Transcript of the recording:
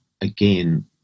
again